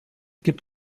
gibt